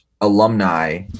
alumni